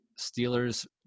Steelers